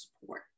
support